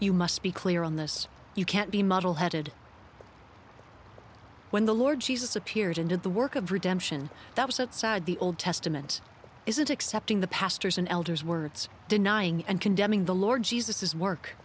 you must be clear on this you can't be muddleheaded when the lord jesus appeared and did the work of redemption that was outside the old testament isn't accepting the pastors and elders words denying and condemning the lord jesus his work